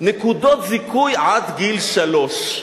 נקודות זיכוי עד גיל שלוש,